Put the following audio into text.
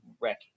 wreck